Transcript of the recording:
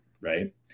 right